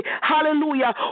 hallelujah